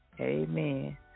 Amen